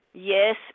yes